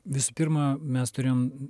visų pirma mes turim